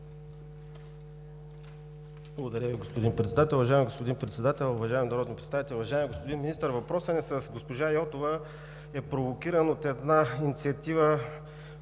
Уважаеми господин Председател, уважаеми народни представители! Уважаеми господин Министър, въпросът ни с госпожа Йотова е провокиран от една инициатива